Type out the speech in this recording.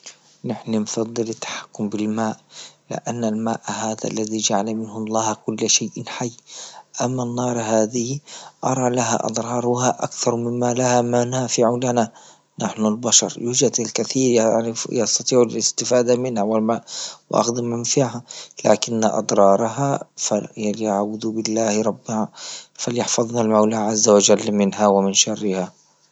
نحن نفضل التحكم بالماء لأن الماء هذا الذي جعل منه الله كل شيء حي، أما النار هذه أرى لها أضرارها أكثر مما لها منافع لنا، نحن البشر يوجد الكثير يعر- يستطيع الاستفادة منها لكن أضرارها فأعوذ بالله ربا فليحفظنا المولى عز وجل منها ومن شرها.